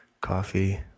Coffee